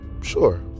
sure